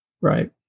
Right